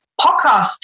podcasts